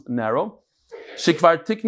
narrow